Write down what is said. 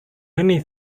only